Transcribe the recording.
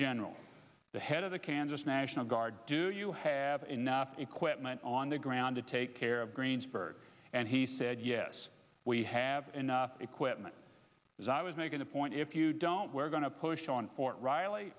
general the head of the kansas national guard do you have enough equipment on the ground to take care of greensburg and he said yes we have enough equipment because i was making a point if you don't we're going to push on fort riley